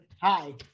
hi